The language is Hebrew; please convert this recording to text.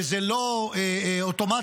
וזה לא אוטומטי,